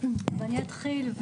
אני אתחיל,